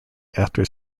after